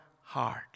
heart